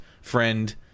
friend